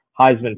Heisman